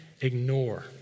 ignore